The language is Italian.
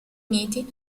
uniti